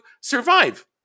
survive